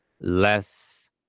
less